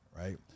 right